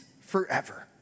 forever